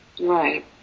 Right